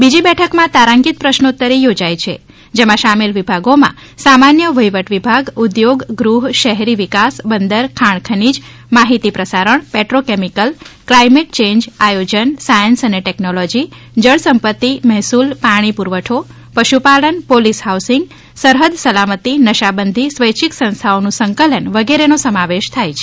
બીજી બેઠકમાં તારાંકિત પ્રશ્નોતરી યોજાઇ છે જેમાં સામેલ વિભાગો માં સામાનય વહીવટ વિભાગ ઉદ્યોગ ગૃહ શહેરી વિકાસ બંદર ખાણ ખનિજ માહિતી પ્રસારણ પેટ્રોકેમિકલ ક્લાઈમેટ ચેન્જ આયોજન સાયન્સ અને ટેકનોલોજી જળસંપતિ મહેસુલ પાણી પુરવઠો પશુપાલન પોલીસ હાઉસિંગ સરહદ સલામતી નશાબંધી સ્વૈચ્છીક સંસ્થાઓનું સંકલન વગેરે નો સમાવેશ થાય છે